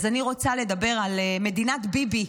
אז אני רוצה לדבר על מדינת ביבי.